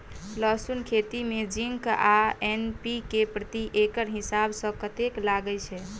लहसून खेती मे जिंक आ एन.पी.के प्रति एकड़ हिसाब सँ कतेक लागै छै?